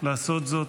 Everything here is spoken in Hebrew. לעשות זאת,